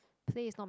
play is not